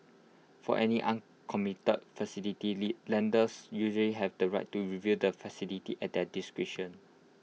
for any uncommitted facility the lenders usually have the right to review the facility at their discretion